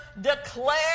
Declare